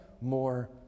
more